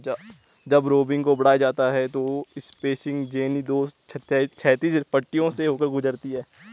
जब रोविंग को बढ़ाया जाता है स्पिनिंग जेनी दो क्षैतिज पट्टियों से होकर गुजरती है